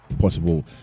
possible